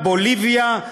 בוליביה,